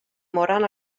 moren